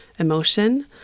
emotion